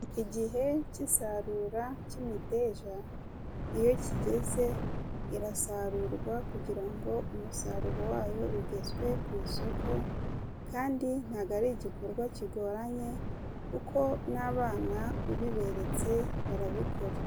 Igihe cy'isarura cy'imiteja iyo kigeze irasarurwa kugira ngo umusaruro wayo ugezwe ku isoko kandi ntabwo ari igikorwa kigoranye kuko n'abana ubiberetse barabikora.